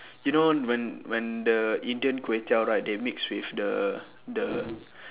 you know when when the indian kway teow right they mix with the the